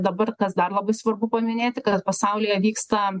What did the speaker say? dabar kas dar labai svarbu paminėti kad pasaulyje vyksta